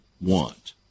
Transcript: want